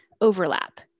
overlap